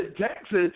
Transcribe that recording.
Texas